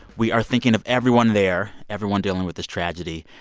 we are thinking of everyone there, everyone dealing with this tragedy.